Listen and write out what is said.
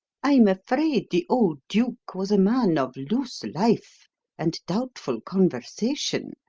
i'm afraid the old duke was a man of loose life and doubtful conversation,